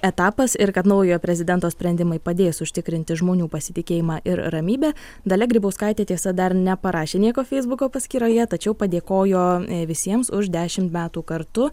etapas ir kad naujojo prezidento sprendimai padės užtikrinti žmonių pasitikėjimą ir ramybę dalia grybauskaitė tiesa dar neparašė nieko feisbuko paskyroje tačiau padėkojo visiems už dešimt metų kartu